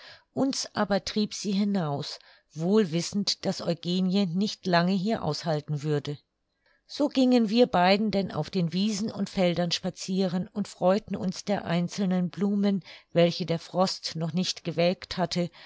uns aber trieb sie hinaus wohl wissend daß eugenie nicht lange hier aushalten würde so gingen wir beiden denn auf den wiesen und feldern spazieren und freuten uns der einzelnen blumen welche der frost noch nicht gewelkt hatte